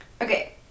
okay